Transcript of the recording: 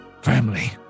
family